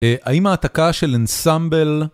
האם ההעתקה של אנסמבל...